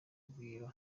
urugwiro